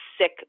sick